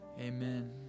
Amen